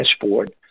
dashboard